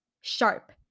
Sharp